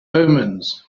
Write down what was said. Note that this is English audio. omens